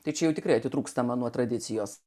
tačiau tikrai atitrūkstama nuo tradicijos